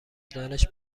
دانش